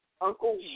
Uncle